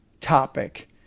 topic